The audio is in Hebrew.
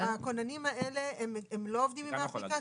הכוננים האלה לא עובדים עם האפליקציה?